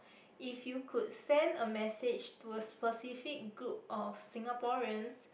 if you could send a message to a specific group of Singaporeans